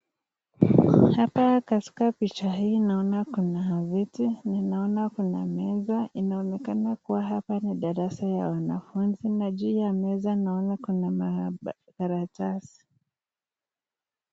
Hapa katika picha hii naona kuna viti , ninaona kuna meza, inaonekana kuwa hapa ni darasa ya wanafunzi, na juu ya meza naona kuna makaratasi.